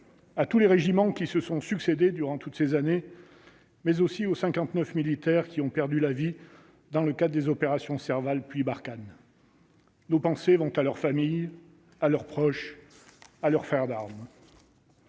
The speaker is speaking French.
à tous les régiments qui se sont succédé durant toutes ces années, mais aussi aux 59 militaires qui ont perdu la vie dans le cas des opérations Serval, puis Barkhane. Nos pensées vont à leur famille, à leurs proches à leur faire d'armes.